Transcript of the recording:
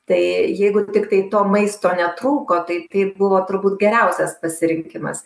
tai jeigu tiktai to maisto netrūko taip tai buvo turbūt geriausias pasirinkimas